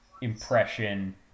impression